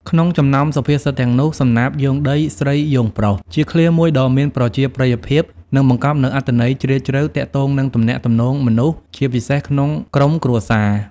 ក្នុងចំណោមសុភាសិតទាំងនោះ សំណាបយោងដី ស្រីយោងប្រុស ជាឃ្លាមួយដ៏មានប្រជាប្រិយភាព និងបង្កប់នូវអត្ថន័យជ្រាលជ្រៅទាក់ទងនឹងទំនាក់ទំនងមនុស្សជាពិសេសក្នុងក្រុមគ្រួសារ។